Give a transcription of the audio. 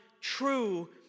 true